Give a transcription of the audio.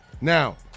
Now